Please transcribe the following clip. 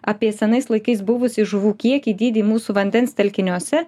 apie senais laikais buvusį žuvų kiekį dydį mūsų vandens telkiniuose